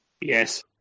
Yes